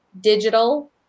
digital